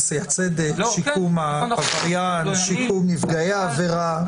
עשיית צדק, שיקום העבריין, שיקום נפגעי העבירה.